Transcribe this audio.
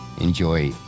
enjoy